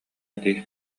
дии